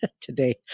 today